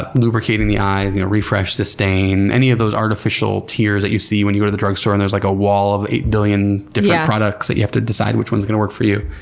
ah lubricating the eyes. and refresh, systane, any of those artificial tears that you see when you go to the drugstore and there's like a wall of eight billion different products that you have to decide which one's going to work for you,